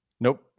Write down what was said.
Nope